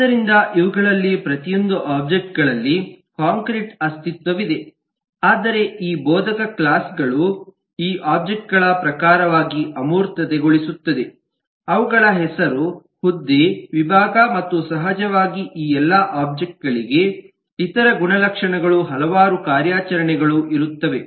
ಆದ್ದರಿಂದ ಇವುಗಳಲ್ಲಿ ಪ್ರತಿಯೊಂದೂ ಒಬ್ಜೆಕ್ಟ್ ಗಳಲ್ಲಿ ಕಾಂಕ್ರೀಟ್ ಅಸ್ತಿತ್ವವವಿದೆ ಆದರೆ ಈ ಬೋಧಕ ಕ್ಲಾಸ್ ಗಳು ಈ ಒಬ್ಜೆಕ್ಟ್ ಗಳ ಪ್ರಕಾರವಾಗಿ ಅಮೂರ್ತತೆಗೊಳಿಸುತ್ತದೆ ಅವುಗಳು ಹೆಸರು ಹುದ್ದೆ ವಿಭಾಗ ಮತ್ತು ಸಹಜವಾಗಿ ಈ ಎಲ್ಲ ಒಬ್ಜೆಕ್ಟ್ ಗಳಿಗೆ ಇತರ ಗುಣಲಕ್ಷಣಗಳು ಹಲವಾರು ಕಾರ್ಯಾಚರಣೆಗಳು ಇರುತ್ತವೆ